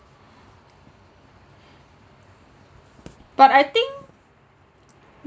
but I think